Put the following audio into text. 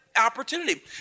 opportunity